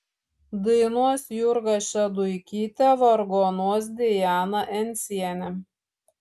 dainuos jurga šeduikytė vargonuos diana encienė